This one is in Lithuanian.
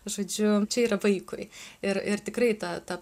žodžiu čia yra vaikui ir ir tikrai ta ta